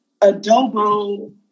adobo